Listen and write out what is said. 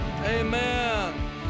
Amen